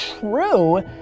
true